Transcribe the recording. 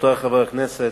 רבותי חברי הכנסת,